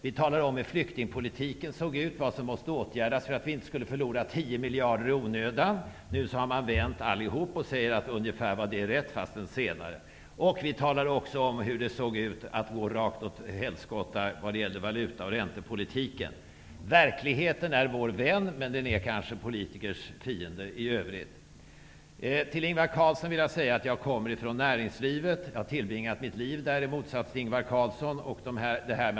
Vi talade om hur flyktingpolitiken såg ut och vad som måste åtgärdas för att vi inte skulle förlora 10 miljarder kronor i onödan. Nu har alla vänt och säger att ungefär var det rätt. Vi talade också om att det såg ut att gå rakt åt helskotta när det gällde valuta och räntepolitiken. Verkligheten är vår vän, men den är kanske politikers fiende i övrigt. Till Ingvar Carlsson vill jag säga att jag kommer från näringslivet. Jag har tillbringat mitt liv där i motsats till Ingvar Carlsson.